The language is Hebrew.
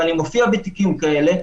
ואני מופיע בתיקים כאלה,